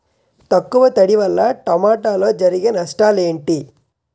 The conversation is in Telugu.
తక్కువ తడి వల్ల టమోటాలో జరిగే నష్టాలేంటి?